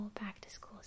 back-to-school